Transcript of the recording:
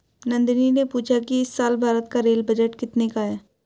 नंदनी ने पूछा कि इस साल भारत का रेल बजट कितने का है?